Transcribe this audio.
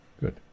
Good